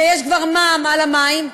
ויש כבר מע"מ על המים,